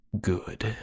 good